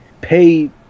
pay